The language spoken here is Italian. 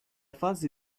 fase